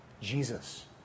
Jesus